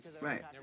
Right